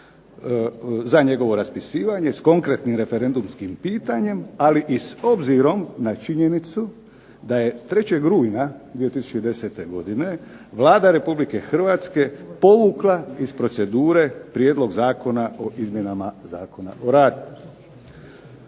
za njegovo raspisivanje, s konkretnim referendumskim pitanjem, ali i s obzirom na činjenicu da je 3. rujna 2010. godine Vlada Republike Hrvatske povukla iz procedure prijedlog Zakona o izmjenama Zakona o radu.